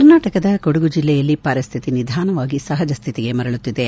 ಕರ್ನಾಟಕದ ಕೊಡಗು ಜಿಲ್ಲೆಯಲ್ಲಿ ಪರಿಸ್ಥಿತಿ ನಿಧಾನವಾಗಿ ಸಹಜಸ್ಥಿತಿಗೆ ಮರಳುತ್ತಿದೆ